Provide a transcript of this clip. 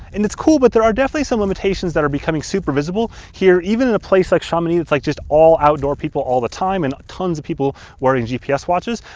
it's cool but there are definitely some limitations that are becoming super visible here, even in a place like chamonix, it's like, just all outdoor people all the time, and tons of people wearing gps watches.